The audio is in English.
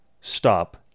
stop